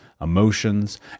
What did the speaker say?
emotions